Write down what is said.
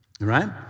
right